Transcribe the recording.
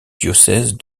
diocèse